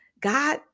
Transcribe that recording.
god